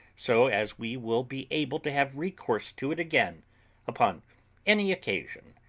so as we will be able to have recourse to it again upon any occasion,